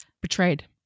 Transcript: Betrayed